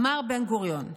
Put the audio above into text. אמר בן-גוריון: